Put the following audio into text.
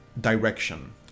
direction